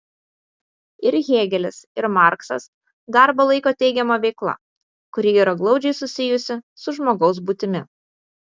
ir hėgelis ir marksas darbą laiko teigiama veikla kuri yra glaudžiai susijusi su žmogaus būtimi